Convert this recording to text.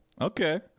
Okay